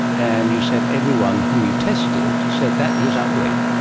and you said everyone whom you tested said that is ugly.